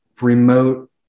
remote